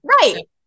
Right